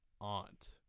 aunt